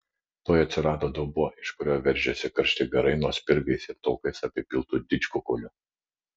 tuoj atsirado dubuo iš kurio veržėsi karšti garai nuo spirgais ir taukais apipiltų didžkukulių